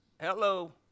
hello